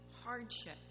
hardship